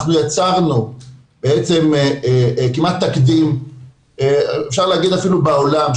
אנחנו יצרנו כמעט תקדים ואפשר להגיד אפילו בעולם,